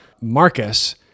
Marcus